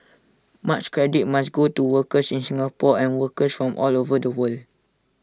much credit must go to workers in Singapore and workers from all over the world